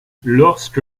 lorsque